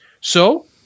So-